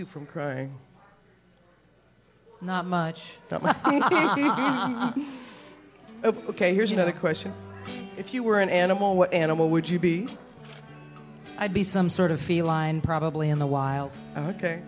you from crying not much ok here's another question if you were an animal what animal would you be i'd be some sort of feline probably in the wild ok